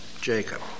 Jacob